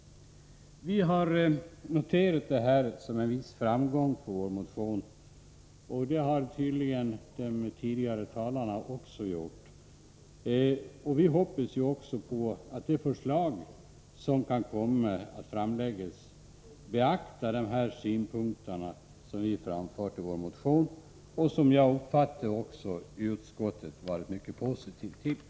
Vi har noterat detta som en viss framgång för vår motion. Det har tydligen de tidigare talarna också gjort. Vi hoppas att man i de förslag som kan komma att framläggas beaktar de synpunkter som vi har framfört i vår motion och som jag har uppfattat att utskottet varit positivt till.